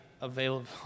available